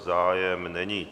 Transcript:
Zájem není.